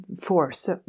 force